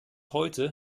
heute